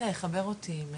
נושא הכוח אדם